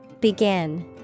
Begin